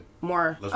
more